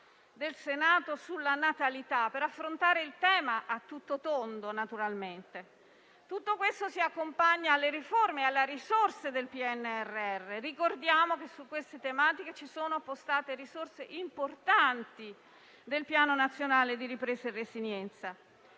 del Senato sulla natalità, per affrontare il tema a tutto tondo. Tutto questo si accompagna alle riforme e alle risorse del PNRR. Ricordiamo che su queste tematiche sono appostate risorse importanti del Piano nazionale di ripresa e resilienza.